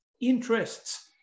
interests